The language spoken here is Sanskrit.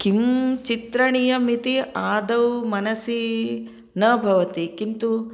किं चित्रणीयमिति आदौ मनसि न भवति किन्तु